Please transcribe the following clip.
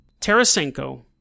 Tarasenko